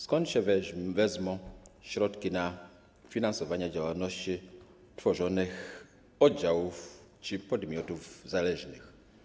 Skąd się wezmą środki na finansowanie działalności tworzonych oddziałów czy podmiotów zależnych?